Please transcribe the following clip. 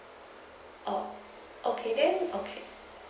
oh okay then okay